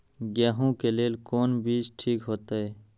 गेहूं के लेल कोन बीज ठीक होते?